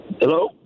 Hello